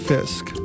Fisk